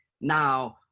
now